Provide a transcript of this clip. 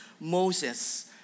Moses